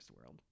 world